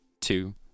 two